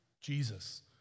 Jesus